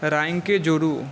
राइमके जोड़ू